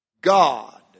God